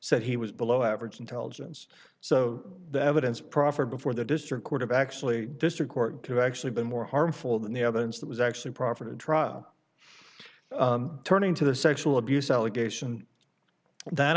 said he was below average intelligence so the evidence proffered before the district court of actually district court to actually been more harmful than the evidence that was actually proffered trial turning to the sexual abuse allegation